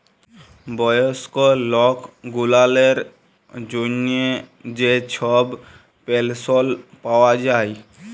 বয়স্ক লক গুলালের জ্যনহে যে ছব পেলশল পাউয়া যায়